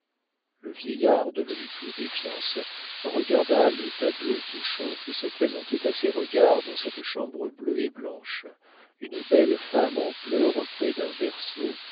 le vieillard devenu tout défiance regarda le tableau touchant qui se présentait à ses regards dans cette chambre bleue et blanche une belle femme en pleurs auprès d'un berceau